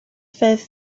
fedd